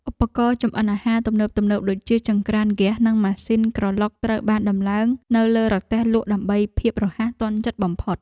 ឧបករណ៍ចម្អិនអាហារទំនើបៗដូចជាចង្រ្កានហ្គាស និងម៉ាស៊ីនក្រឡុកត្រូវបានដំឡើងនៅលើរទេះលក់ដើម្បីភាពរហ័សទាន់ចិត្តបំផុត។